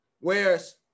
Whereas